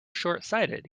shortsighted